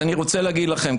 אני רוצה להגיד לכם,